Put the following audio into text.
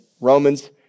Romans